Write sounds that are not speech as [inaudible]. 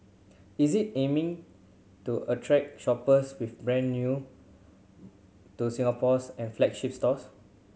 is it aiming to attract shoppers with brand new to Singapore [unintelligible] and flagship stores